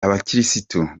abakirisitu